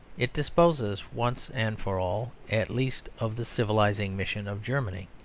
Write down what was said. it disposes once and for all at least of the civilising mission of germany.